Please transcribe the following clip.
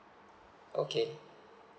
okay